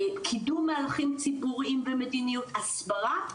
קידום מהלכים ציבוריים ומדיניות הסברה,